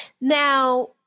Now